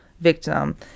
victim